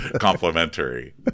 complimentary